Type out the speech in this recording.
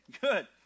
good